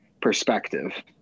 perspective